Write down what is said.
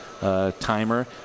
timer